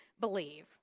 believe